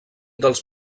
dels